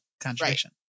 contradiction